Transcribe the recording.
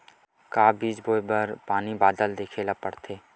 का बीज बोय बर पानी बादल देखेला पड़थे?